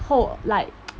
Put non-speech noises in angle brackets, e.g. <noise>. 后 like <noise>